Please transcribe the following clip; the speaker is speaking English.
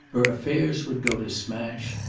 her affairs would go to smash,